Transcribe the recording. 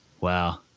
Wow